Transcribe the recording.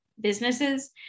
businesses